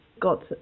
got